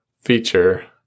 feature